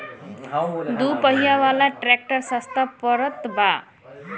दू पहिया वाला ट्रैक्टर सस्ता पड़त बा